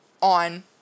on